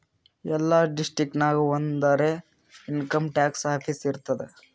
ಎಲ್ಲಾ ಡಿಸ್ಟ್ರಿಕ್ಟ್ ನಾಗ್ ಒಂದರೆ ಇನ್ಕಮ್ ಟ್ಯಾಕ್ಸ್ ಆಫೀಸ್ ಇರ್ತುದ್